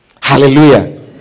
Hallelujah